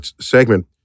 segment